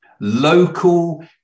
Local